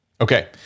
Okay